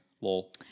Lol